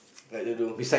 I don't know